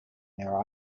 their